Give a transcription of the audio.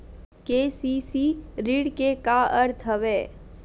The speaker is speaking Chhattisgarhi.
के.सी.सी ऋण के का अर्थ हवय?